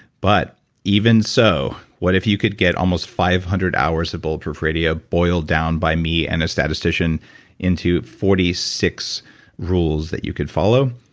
but even so what if you could get almost five hundred hours of bulletproof radio boiled down by me and a statistician into forty six rules that you could follow,